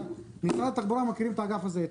משרד התחבורה מכיר את האגף הזה היטב,